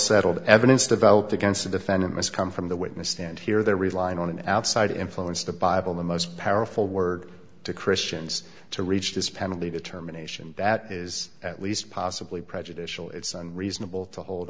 settled evidence developed against a defendant must come from the witness stand here they're relying on an outside influence the bible the most powerful word to christians to reach this penalty determination that is at least possibly prejudicial it's unreasonable to hold